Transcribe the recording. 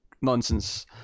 nonsense